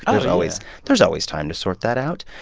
ah there's always there's always time to sort that out